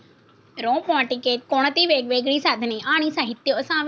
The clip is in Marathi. रोपवाटिकेत कोणती वेगवेगळी साधने आणि साहित्य असावीत?